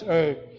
earth